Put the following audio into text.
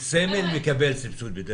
מעון עם סמל מקבל סבסוד.